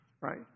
Right